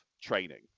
training